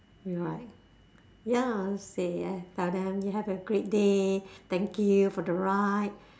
right ya say yes tell them you have a great day thank you for the ride